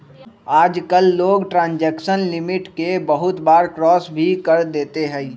आजकल लोग transaction limit के बहुत बार क्रास भी कर देते हई